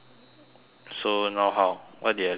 so now how what did the lady say